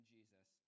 Jesus